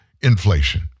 inflation